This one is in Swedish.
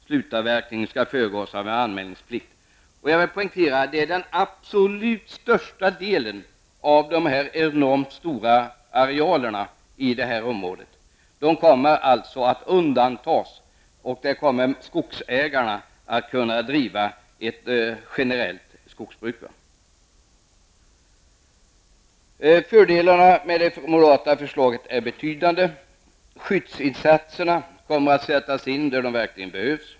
Slutavverkning skall föregås av en anmälningsplikt. Jag vill poängtera att den absolut största delen av dessa enormt stora arealer i detta område kommer att undantas, och där kommer skogsägarna att kunna driva ett generellt skogsbruk. Fördelarna med det moderata förslaget är betydande. Skyddsinsatserna kommer att sättas in där det verkligen behövs.